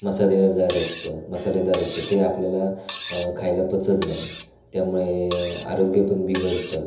मसालेदार असतं मसालेदार असतं ते आपल्याला खायला पचत नाही त्यामुळे आरोग्य पण बिघडतं